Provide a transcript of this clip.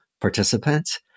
participants